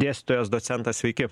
dėstytojas docentas sveiki